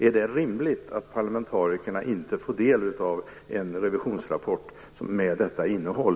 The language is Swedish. Är det rimligt att parlamentarikerna inte får del av en revisionsrapport med detta innehåll?